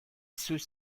ceux